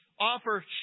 offer